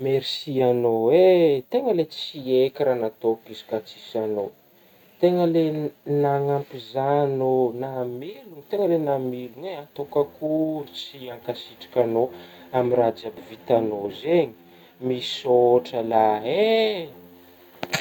Merci agnao eh tegna le tsy haiko le natao izy ka tsisy agnao tegna le-na-nanampy zah agnao namelogna tegna le namelogneh ah, ataoko akôry tsy hankasitraka agnao amin'ny raha jiaby vitagnao zegny misôtra lahy eh.